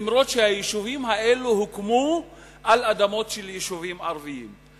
אף שהיישובים האלה הוקמו על אדמות של יישובים ערביים.